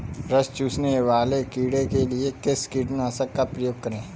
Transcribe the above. रस चूसने वाले कीड़े के लिए किस कीटनाशक का प्रयोग करें?